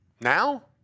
Now